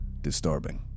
disturbing